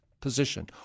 position